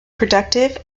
productive